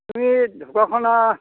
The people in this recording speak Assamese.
তুমি ঢকুৱাখানা